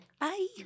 Bye